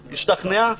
שהשתכנע.